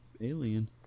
Alien